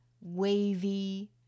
wavy